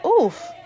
Oof